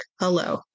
hello